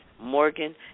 Morgan